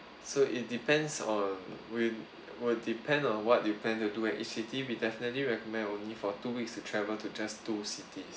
so it depends on will will depend on what you plan to do in each city we definitely recommend only for two weeks to travel to just two cities